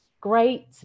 great